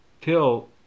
till